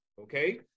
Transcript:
okay